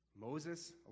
moses